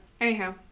Anyhow